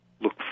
look